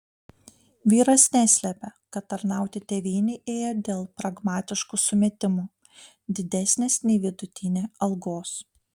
vyras neslepia kad tarnauti tėvynei ėjo dėl pragmatiškų sumetimų didesnės nei vidutinė algos